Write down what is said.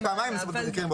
הערה נכונה.